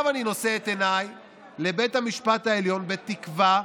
עכשיו אני נושא את עיניי לבית המשפט העליון בתקווה